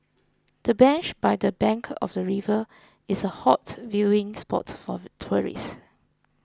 the bench by the bank of the river is a hot viewing spot for tourists